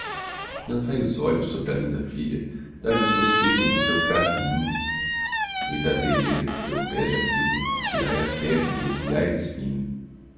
medrosa lançai os olhos sobre a linda filha dai lhe o sossego no seu casto ninho e da vereda que seu pé já trilha tirai a pedra e desviai o espinho